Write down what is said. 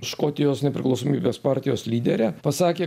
škotijos nepriklausomybės partijos lyderė pasakė